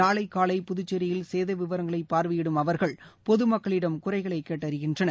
நாளை காலை புதுச்சேரியில் சேத விவரங்களை பார்வையிடும் அவர்கள் பொதுமக்களிடம் குறைகளை கேட்டறிகின்றனர்